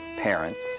parents